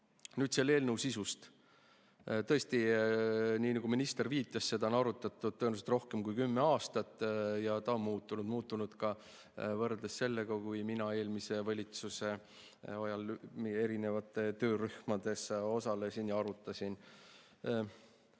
Nüüd selle eelnõu sisust. Tõesti, nagu minister viitas, seda on arutatud tõenäoliselt rohkem kui kümme aastat ja see on muutunud. Muutunud ka võrreldes sellega, kui mina eelmise valitsuse ajal meie erinevates töörühmades osalesin ja seda arutasin.